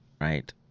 right